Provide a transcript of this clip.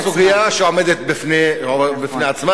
זאת עוד סוגיה שעומדת בפני עצמה,